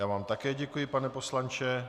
Já vám také děkuji, pane poslanče.